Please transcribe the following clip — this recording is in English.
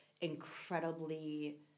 incredibly